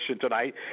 tonight